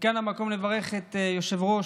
וכאן המקום לברך את יושב-ראש